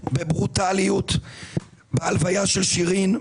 בברוטליות בהלוויה של שירין אבו עאקלה.